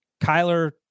Kyler